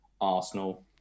Arsenal